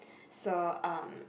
so um